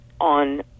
on